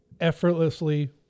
effortlessly